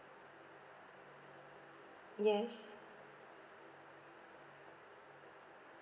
yes